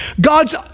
God's